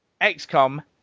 XCOM